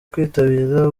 kwitabira